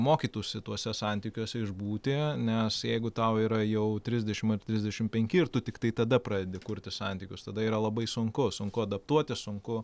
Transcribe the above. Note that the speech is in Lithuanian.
mokytųsi tuose santykiuose išbūti nes jeigu tau yra jau trisdešimt trisdešimt penki ir tu tiktai tada pradedi kurti santykius tada yra labai sunku sunku adaptuotis sunku